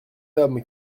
homme